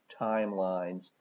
timelines